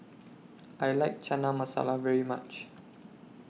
I like Chana Masala very much